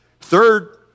Third